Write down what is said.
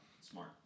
Smart